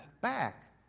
back